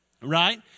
right